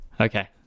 Okay